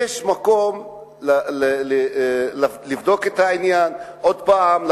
יש מקום לבדוק את העניין עוד פעם,